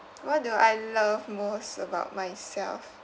what do I love most about myself